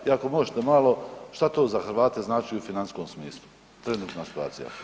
I ako možete malo šta to za Hrvate znači u financijskom smislu, trenutna situacija.